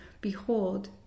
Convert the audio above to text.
behold